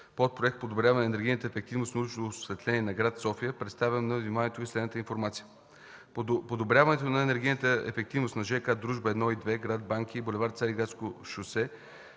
подпроект „Подобряване енергийната ефективност на уличното осветление на град София” представям на вниманието Ви следната информация. Подобряването на енергийната ефективност на жк „Дружба” 1 и 2, град Банкя и бул. „Цариградско шосе”